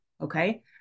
Okay